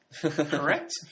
correct